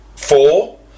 Four